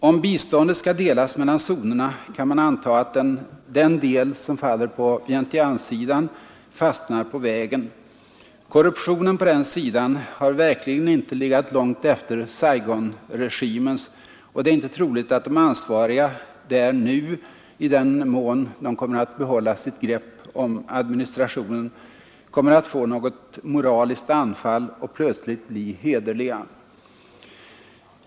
Om biståndet skall delas mellan zonerna, kan man anta att den del som faller på Vientianesidan fastnar på vägen. Korruptionen på den sidan har verkligen inte legat långt efter Saigonregimens, och det är inte troligt att de ansvariga nu — i den mån de kommer att behålla sitt grepp om administrationen kommer att få något moraliskt anfall och plötsligt bli hederliga.